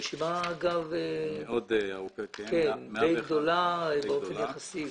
רשימה די גדולה באופן יחסי.